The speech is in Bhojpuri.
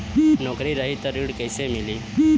नौकरी रही त कैसे ऋण मिली?